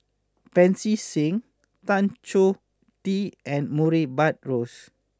Pancy Seng Tan Choh Tee and Murray Buttrose